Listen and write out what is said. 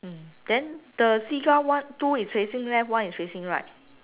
mm then the seagull one two is facing left one is facing right